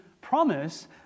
promise